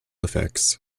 effects